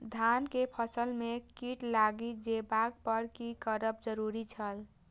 धान के फसल में कीट लागि जेबाक पर की करब जरुरी छल?